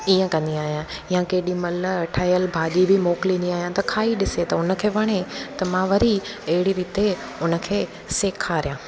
ईअं कंदी आ्यांहि या केॾीमहिल ठहियलु भाॼी बि मोकिलींदी आहियां त खाई ॾिसे त उन खे वणे त मां वरी अहिड़ी रीति उन खे सेखारिया